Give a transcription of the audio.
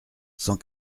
cent